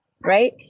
Right